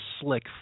slick